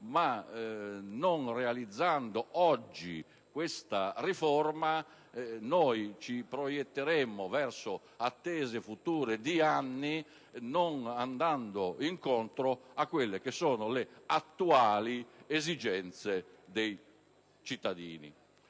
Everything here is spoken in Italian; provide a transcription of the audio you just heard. non realizzando oggi questa riforma noi ci proietteremmo verso attese future di anni, non andando incontro alle attuali esigenze dei cittadini.